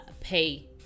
pay